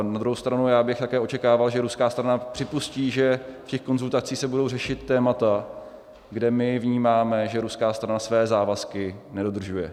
Na druhou stranu bych také očekával, že ruská strana připustí, že v těch konzultacích se budou řešit témata, kde my vnímáme, že ruská strana své závazky nedodržuje.